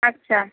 আচ্ছা